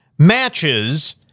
matches